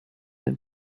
have